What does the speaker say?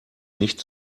nicht